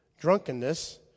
drunkenness